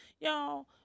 y'all